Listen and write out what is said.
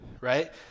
Right